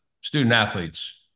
student-athletes